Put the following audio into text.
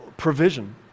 provision